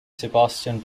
sebastian